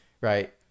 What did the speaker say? Right